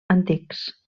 antics